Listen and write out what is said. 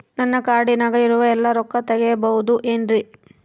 ನನ್ನ ಕಾರ್ಡಿನಾಗ ಇರುವ ಎಲ್ಲಾ ರೊಕ್ಕ ತೆಗೆಯಬಹುದು ಏನ್ರಿ?